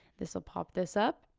this'll pop this up,